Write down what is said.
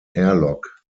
airlock